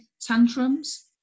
tantrums